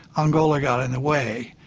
angola got in the way.